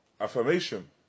affirmation